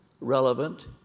relevant